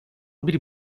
bir